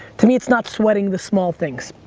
to me it's not sweating the small things.